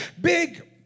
big